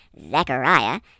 Zechariah